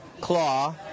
Claw